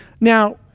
Now